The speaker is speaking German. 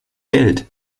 geld